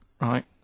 Right